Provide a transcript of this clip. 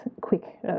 quick